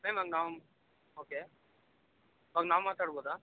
okay ಅವ್ಗ ನಾವು ಮಾತಾಡ್ಬೌದಾ